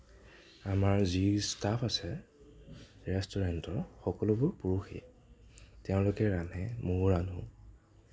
আমাৰ যি ষ্টাফ আছে ৰেষ্টুৰেণ্টৰ সকলোবোৰ পুৰুষেই তেওঁলোকে ৰান্ধে মইও ৰান্ধো